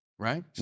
Right